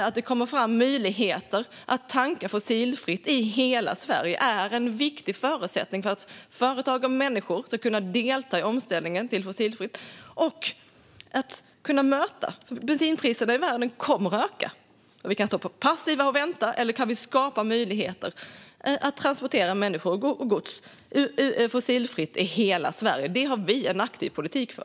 Att det ges möjlighet att tanka fossilfritt i hela Sverige är en viktig förutsättning för att företag och människor ska kunna delta i omställningen till ett fossilfritt samhälle. Bensinpriserna i världen kommer att öka, och vi kan stå passiva och vänta eller skapa möjlighet att transportera människor och gods fossilfritt i hela Sverige. Detta har vi en aktiv politik för.